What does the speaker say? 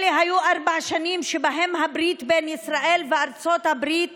אלה היו ארבע שנים שבהן הברית בין ישראל לארצות הברית